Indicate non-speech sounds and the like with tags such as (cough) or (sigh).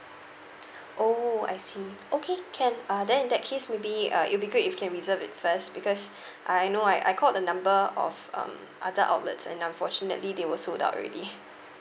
(breath) oh I see okay can uh then in that case maybe uh it'll be great if can reserve it first because (breath) I know I I called the number of um other outlets and unfortunately they were sold out already